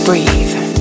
Breathe